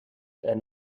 and